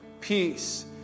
peace